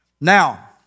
Now